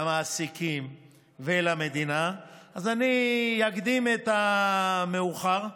למעסיקים ולמדינה, אז אני אקדים את המאוחר,